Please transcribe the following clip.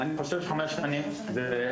לדעתי, חמש שנים זה הרבה זמן.